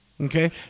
Okay